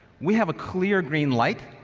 we have a clear green light,